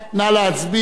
נא להצביע.